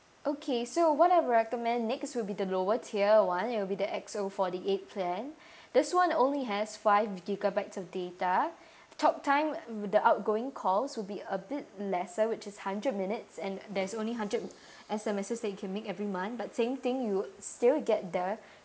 okay so what I'll recommend next will be the lower tier one it'll be the X_O forty eight plan this [one] only has five gigabytes of data talk time with the outgoing calls would be a bit lesser which is hundred minutes and there's only hundred S_M_S that you can make every month but same thing you'd still get the